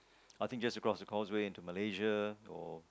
I think just across the causeway to Malaysia or